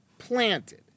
planted